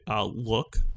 look